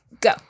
Go